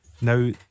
Now